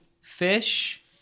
fish